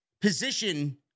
position